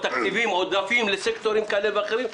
תקציבים או עודפים לסקטורים כאלה ואחרים.